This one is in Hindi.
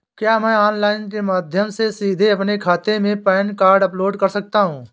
क्या मैं ऑनलाइन के माध्यम से सीधे अपने खाते में पैन कार्ड अपलोड कर सकता हूँ?